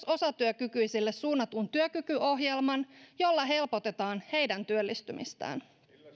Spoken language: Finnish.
osatyökykyisille suunnatun työkykyohjelman jolla helpotetaan heidän työllistymistään